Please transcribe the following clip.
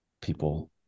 people